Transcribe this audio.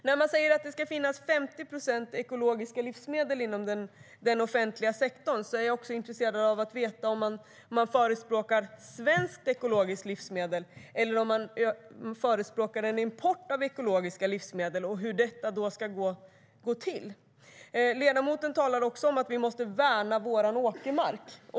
När man säger att det ska finnas 50 procent ekologiska livsmedel inom den offentliga sektorn är jag också intresserad av att veta om man förespråkar svenska ekologiska livsmedel eller om man förespråkar en import av ekologiska livsmedel och hur detta i så fall ska gå till. Ledamoten talar om att vi måste värna vår åkermark.